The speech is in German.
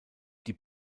die